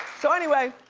so anyway,